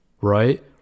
right